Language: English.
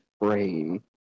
brain